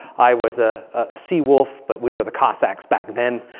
i was a ah sea wolf. but we were the cossacks back then.